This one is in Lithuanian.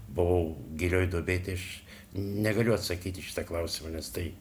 buvau gilioj duobėj tai aš negaliu atsakyti į šitą klausimą nes tai